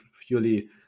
purely